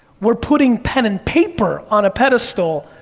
we're putting pen and paper on a pedestal,